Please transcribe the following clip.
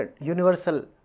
universal